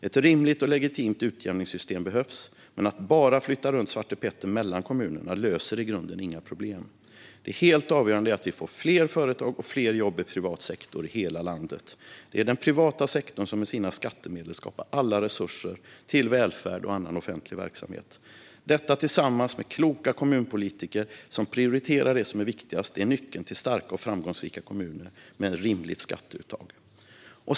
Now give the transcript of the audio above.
Ett rimligt och legitimt utjämningssystem behövs, men att bara flytta runt svartepetter mellan kommunerna löser i grunden inga problem. Det helt avgörande är att vi får fler företag och fler jobb i privat sektor i hela landet. Det är den privata sektorn som med sina skattemedel skapar alla resurser till välfärd och annan offentlig verksamhet. Detta tillsammans med kloka kommunpolitiker som prioriterar det som är viktigast är nyckeln till starka och framgångsrika kommuner med ett rimligt skatteuttag.